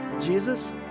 Jesus